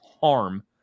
harm